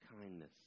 Kindness